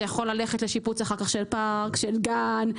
זה יכול ללכת לשיפוץ של פארק, של גן.